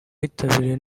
yitabiriwe